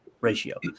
ratio